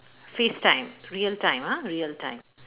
face time real time ah real time